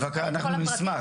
אנחנו נשמח,